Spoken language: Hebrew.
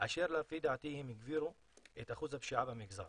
אשר לפי דעתי הן הגבירו את אחוז הפשיעה במגזר